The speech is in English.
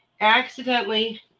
accidentally